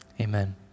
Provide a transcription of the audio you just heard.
Amen